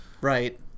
right